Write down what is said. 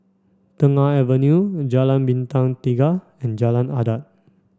Tengah Avenue Jalan Bintang Tiga and Jalan Adat